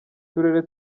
turere